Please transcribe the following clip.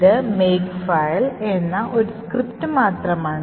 ഇത് makefile എന്ന് ഒരു സ്ക്രിപ്റ്റ് മാത്രമാണ്